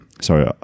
sorry